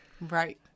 Right